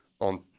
on